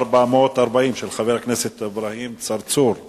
חבר הכנסת זבולון